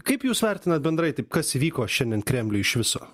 kaip jūs vertinat bendrai taip kas įvyko šiandien kremliuj iš viso